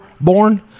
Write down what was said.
born